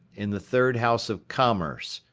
in the third house of commerce,